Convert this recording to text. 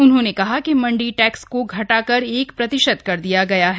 उन्होंने कहा कि मंडी टैक्स को घटाकर एक प्रतिशत कर दिया गया है